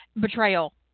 betrayal